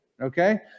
Okay